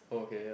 okay ya